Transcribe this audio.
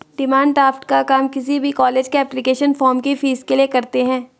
demand draft का काम किसी भी कॉलेज के एप्लीकेशन फॉर्म की फीस के लिए करते है